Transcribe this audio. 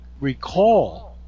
recall